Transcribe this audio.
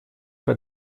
bei